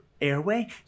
airway